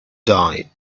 die